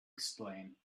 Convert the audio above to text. explain